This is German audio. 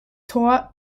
tor